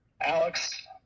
Alex